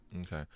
Okay